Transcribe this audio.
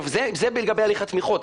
זה לגבי הליך התמיכות.